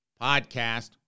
Podcast